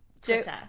Twitter